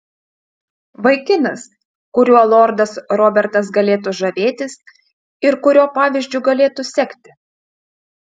vaikinas kuriuo lordas robertas galėtų žavėtis ir kurio pavyzdžiu galėtų sekti